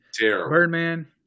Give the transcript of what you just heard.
Birdman